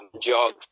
job